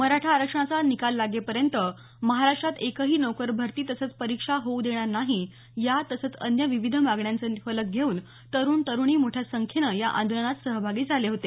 मराठा आरक्षणाचा निकाल लागे पर्यंत महाराष्ट्रात एकही नोकरभरती तसंच परीक्षा होऊ देणार नाही या तसंच अन्य विविध मागण्यांचे फलक घेऊन तरुण तरुणी मोठ्या संख्येनं या आंदोलनात सहभागी झाले होते